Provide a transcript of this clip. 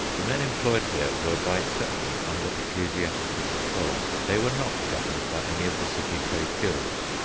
the men employed there were by exception under ecclesiastical control. they were not governed by any of the city trade guilds.